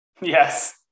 Yes